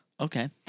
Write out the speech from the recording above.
Okay